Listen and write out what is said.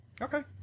Okay